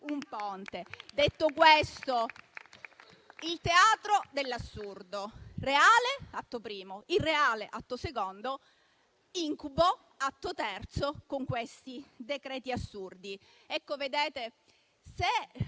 Detto questo, il teatro dell'assurdo: reale, atto primo; irreale, atto secondo; incubo, atto terzo, con questi decreti assurdi. Se non fosse